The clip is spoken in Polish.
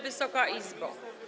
Wysoka Izbo!